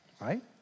Right